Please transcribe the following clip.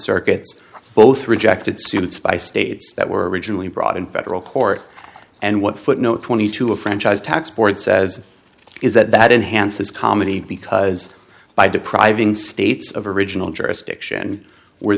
circuit's both rejected suits by states that were originally brought in federal court and what footnote twenty two of franchise tax board says is that that enhances comedy because by depriving states of original jurisdiction where